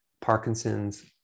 Parkinson's